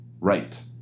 Right